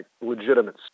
legitimate